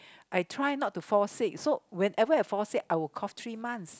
I try not to fall sick so whenever I fall sick I will cough three months